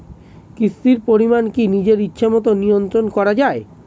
কিস্তির পরিমাণ কি নিজের ইচ্ছামত নিয়ন্ত্রণ করা যায়?